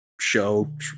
show